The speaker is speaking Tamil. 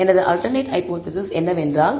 எனது அல்டர்நேட் ஹைபோதேசிஸ் என்னவென்றால் β̂1